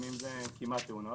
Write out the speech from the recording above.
לפעמים זה כמעט תאונות.